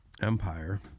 Empire